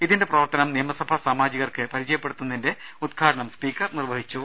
ഇതിന്റെ പ്രവർത്തനം നിയമസഭാ സാമാജികർക്ക് പരിചയപ്പെടുത്തുന്നതിന്റെ ഉദ്ഘാടനം സ്പീക്കർ നിർവഹിച്ചു